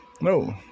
no